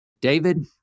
David